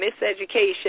miseducation